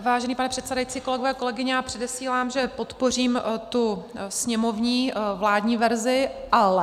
Vážený pane předsedající, kolegové, kolegyně, já předesílám, že podpořím tu sněmovní vládní verzi, ale...